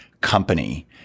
company